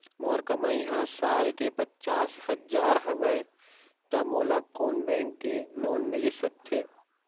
मोर कमाई ह साल के पचास हजार हवय त मोला कोन बैंक के लोन मिलिस सकथे?